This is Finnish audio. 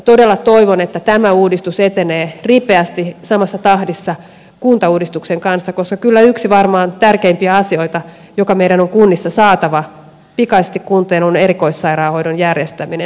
todella toivon että tämä uudistus etenee ripeästi samassa tahdissa kuntauudistuksen kanssa koska kyllä yksi varmaan tärkeimpiä asioita joka meidän on kunnissa saatava pikaisesti kuntoon on erikoissairaanhoidon järjestäminen